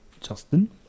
Justin